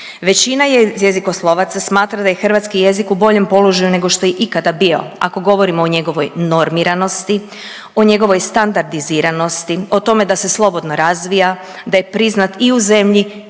Većina jezikoslovaca smatra da je hrvatski jezik u boljem položaju nego što je ikada bio ako govorimo o njegovoj normiranosti, o njegovoj standardiziranosti, o tome da se slobodno razvija, da je priznat i u zemlji